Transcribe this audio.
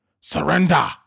Surrender